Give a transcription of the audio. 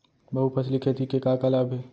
बहुफसली खेती के का का लाभ हे?